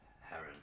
Heron